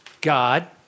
God